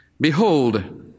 Behold